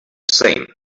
same